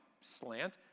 slant